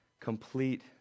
complete